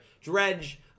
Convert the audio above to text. Dredge